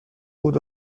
بود